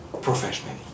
professionally